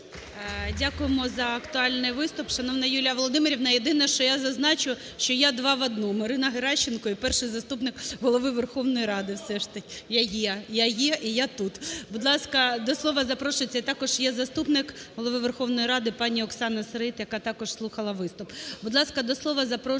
Дякуємо за актуальний виступ, шановна Юлія Володимирівна. Єдине, що я зазначу, що я два в одному: Ірина Геращенко і Перший заступник Голови Верховної Ради все ж таки. Я є, я є і я тут. Будь ласка, до слова запрошується… Також є заступник Голови Верховної Ради пані Оксана Сироїд, яка також слухала виступ. Будь ласка, до слова запрошується